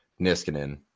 Niskanen